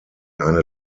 eine